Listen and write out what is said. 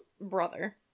brother